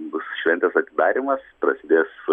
bus šventės atidarymas prasidės